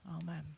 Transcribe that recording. Amen